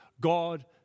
God